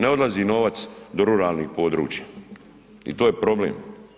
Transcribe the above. Ne odlazi novac do ruralnih područja i to je problem.